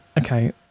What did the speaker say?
okay